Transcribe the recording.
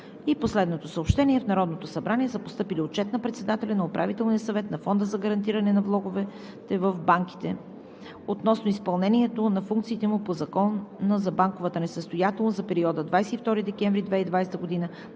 Последното съобщение: В Народното събрание са постъпили Отчет на председателя на Управителния съвет на Фонда за гарантиране на влоговете в банките относно изпълнението на функциите му по Закон за банковата ни несъстоятелност за периода 22 декември 2020 г.